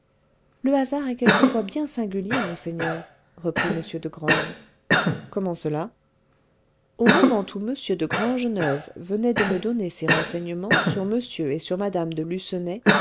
le hasard est quelquefois bien singulier monseigneur reprit m de graün comment cela au moment où m de grangeneuve venait de me donner ces renseignements sur m et sur mme de